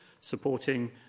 supporting